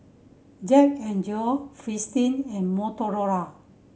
Jack N Jill Fristine and Motorola